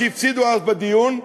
שהפסידו אז בדיון,